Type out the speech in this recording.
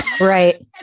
Right